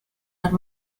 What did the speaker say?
are